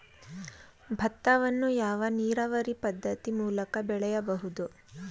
ಭತ್ತವನ್ನು ಯಾವ ನೀರಾವರಿ ಪದ್ಧತಿ ಮೂಲಕ ಬೆಳೆಯಬಹುದು?